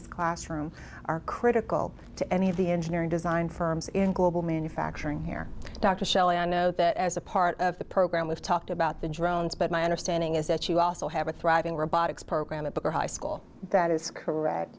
tina's classroom are critical to any of the engineering design firms in global manufacturing here dr shelley and know that as a part of the program we've talked about the drones but my understanding is that you also have a thriving robotics program at the high school that is correct